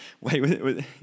Wait